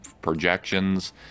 projections